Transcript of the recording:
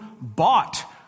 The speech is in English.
bought